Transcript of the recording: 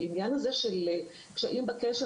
העניין הזה של קשיים בקשר,